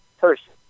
person